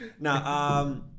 now